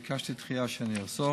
ביקשתי דחייה עד שאני אחזור,